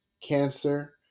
cancer